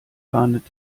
fahndet